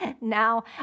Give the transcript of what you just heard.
Now